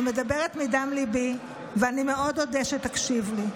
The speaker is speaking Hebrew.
אני מדברת מדם ליבי, ואני מאוד אודה שתקשיב לי.